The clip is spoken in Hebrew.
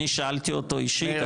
אני שאלתי אותו אישית.